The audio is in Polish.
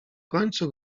końcu